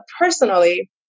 personally